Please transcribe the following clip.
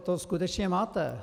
To skutečně máte!